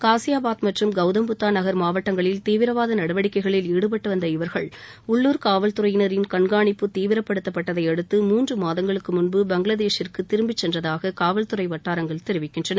காசியாபாத் மற்றும் கௌதம் புத்தா நகர் மாவட்டங்களில் தீவிரவாத நடவடிக்கைகளில் ஈடுபட்டு வந்த இவர்கள் உள்ளூர் காவல்துறையினரின் கண்காணிப்பு தீவிரப்படுத்தப்பட்டதையடுத்து மூன்று மாதங்களுக்கு முன்பு பங்களாதேஷிற்கு திரும்பி சென்றதாக காவல்துறை வட்டாரங்கள் தெரிவிக்கின்றன